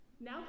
Now